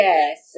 Yes